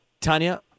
Tanya